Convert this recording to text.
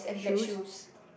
shoes